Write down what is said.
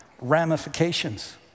ramifications